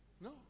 No